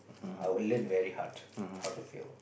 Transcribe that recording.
I will learn very hard how to fail